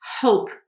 hope